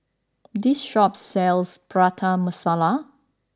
this shop sells Prata Masala